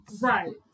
Right